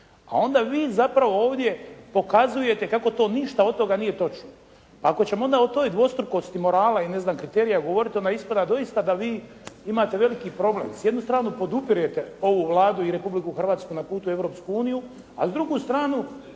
a onda vi zapravo ovdje pokazujete kako to ništa od toga nije točno. Ako ćemo onda o toj dvostrukosti morala i ne znam kriterija govoriti, onda ispada doista da vi imate veliki problem. S jedne strane podupirete ovu Vladu i Republiku Hrvatsku na putu u europsku uniju, a drugu stranu